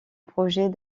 projet